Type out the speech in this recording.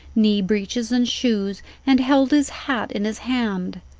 knee-breeches and shoes, and held his hat in his hand.